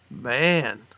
Man